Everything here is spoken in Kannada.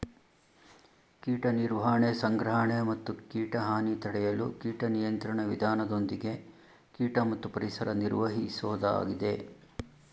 ಕೀಟ ನಿರ್ವಹಣೆ ಸಂಗ್ರಹಣೆ ಮತ್ತು ಕೀಟ ಹಾನಿ ತಡೆಯಲು ಕೀಟ ನಿಯಂತ್ರಣ ವಿಧಾನದೊಂದಿಗೆ ಕೀಟ ಮತ್ತು ಪರಿಸರ ನಿರ್ವಹಿಸೋದಾಗಿದೆ